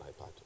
iPad